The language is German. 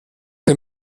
den